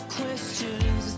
questions